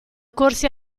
corsi